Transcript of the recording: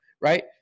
right